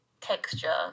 texture